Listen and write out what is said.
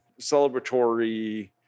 celebratory